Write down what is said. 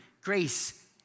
grace